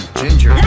ginger